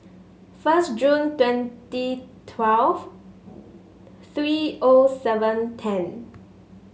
first Jun twenty twelve three O seven ten